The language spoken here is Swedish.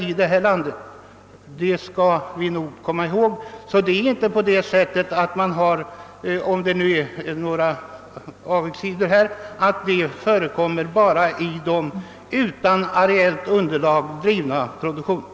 Om det alltså förekommer några avigsidor i detta avseende så gäller det nog inte bara den utan areellt underlag drivna produktionen.